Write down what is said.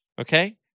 Okay